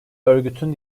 örgütün